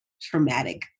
traumatic